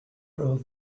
wrote